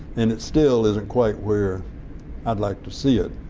and it still isn't quite where i'd like to see it.